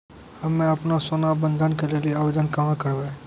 हम्मे आपनौ सोना बंधन के लेली आवेदन कहाँ करवै?